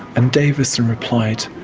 and davidson replied,